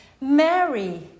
Mary